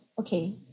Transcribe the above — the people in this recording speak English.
okay